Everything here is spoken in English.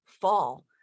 fall